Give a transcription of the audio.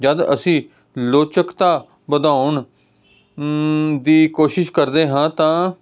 ਜਦ ਅਸੀਂ ਲਚਕਤਾ ਵਧਾਉਣ ਦੀ ਕੋਸ਼ਿਸ਼ ਕਰਦੇ ਹਾਂ ਤਾਂ